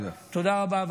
תודה רבה.